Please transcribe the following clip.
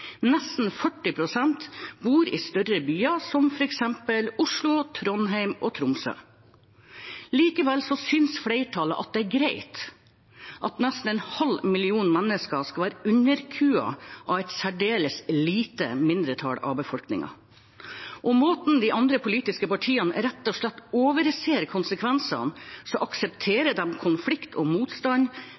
Nesten 40 pst. bor i større byer, f.eks. Oslo, Trondheim og Tromsø. Likevel synes flertallet at det er greit at nesten en halv million mennesker skal være underkuet av et særdeles lite mindretall av befolkningen. Med måten de andre politiske partiene rett og slett overser konsekvensene på, aksepterer de konflikt og motstand